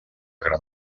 gran